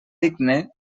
digne